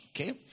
Okay